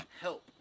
help